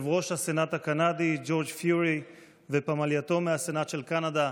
יושב-ראש הסנאט הקנדי ג'ורג' פיורי ופמלייתו מהסנאט של קנדה,